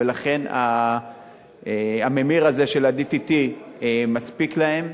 ולכן הממיר הזה של ה-DTT מספיק להם,